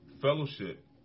fellowship